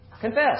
Confess